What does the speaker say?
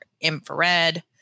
infrared